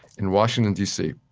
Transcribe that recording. in washington, d c.